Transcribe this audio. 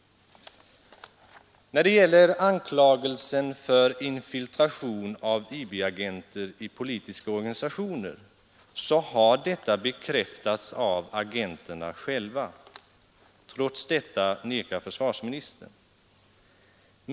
När det gäller anklagelsen för infiltration av IB-agenter i politiska organisationer så har detta bekräftats av agenterna själva. Trots detta nekar försvarsministern.